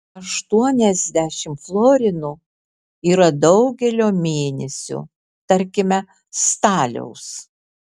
aštuoniasdešimt florinų yra daugelio mėnesių tarkime staliaus